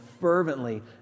fervently